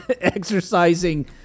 exercising